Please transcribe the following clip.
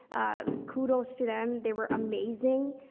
ah, kudos to them, they were amazing. ah,